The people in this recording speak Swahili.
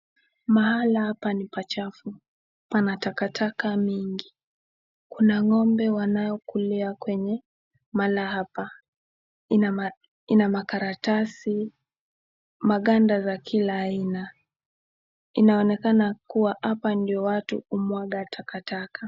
Mahali hapa ni pachafu, pana takataka mingi. Kuna ng'ombe wanaokulia kwenye mahala hapa, ina makaratasi maganda za kila aina. Inaonekana kuwa hapa ndio watu humwaga takataka.